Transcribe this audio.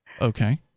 Okay